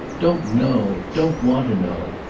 don't know don't want to know.